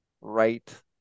right